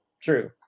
True